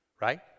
right